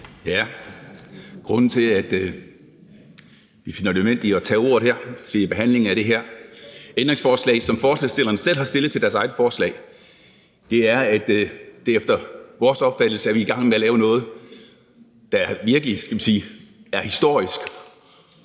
Grunden til, at vi finder det nødvendigt at tage ordet her ved behandlingen af det her ændringsforslag, som forslagsstillerne selv har stillet til deres eget forslag, er, at man efter vores opfattelse er i gang med at lave noget, der – skal vi sige – virkelig er historisk